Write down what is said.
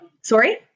Sorry